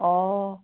অঁ